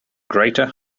greater